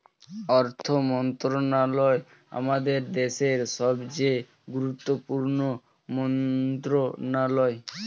অর্থ মন্ত্রণালয় আমাদের দেশের সবচেয়ে গুরুত্বপূর্ণ মন্ত্রণালয়